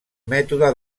mètode